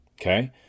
Okay